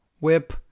whip